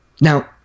Now